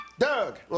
Doug